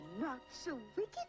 not-so-wicked